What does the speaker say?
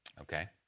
okay